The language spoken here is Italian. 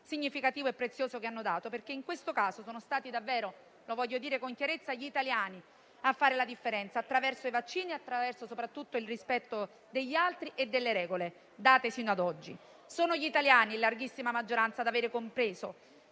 significativo e prezioso che hanno dato. In questo caso - lo voglio dire con chiarezza - sono stati davvero gli italiani a fare la differenza attraverso i vaccini e, soprattutto, il rispetto degli altri e delle regole date fino a oggi. Sono gli italiani, in larghissima maggioranza, ad avere compreso